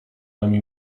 nami